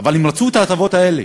אבל הם רצו את ההטבות האלה.